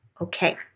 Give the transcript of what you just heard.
okay